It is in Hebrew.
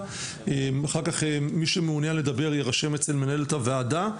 אחר כך מי שמעוניין לדבר יירשם אצל מנהלת הוועדה,